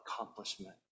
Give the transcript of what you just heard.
accomplishment